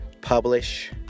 publish